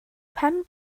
pen